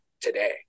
today